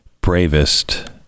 bravest